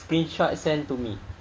screenshot send to me